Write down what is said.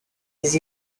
des